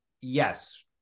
yes